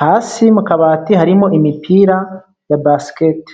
hasi mu kabati harimo imipira ya basikete.